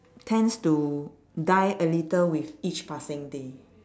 tends to die a little with each passing day